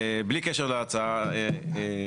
זה בלי קשר להצעה עצמה.